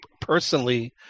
personally